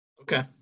Okay